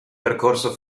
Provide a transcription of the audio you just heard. percorso